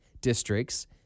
districts